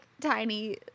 tiny